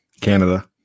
Canada